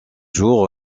jour